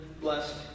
blessed